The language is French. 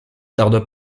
tarde